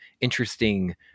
interesting